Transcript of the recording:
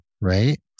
right